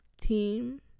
team